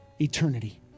eternity